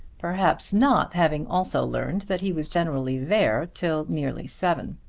perhaps not having also learned that he was generally there till nearly seven.